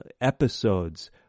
episodes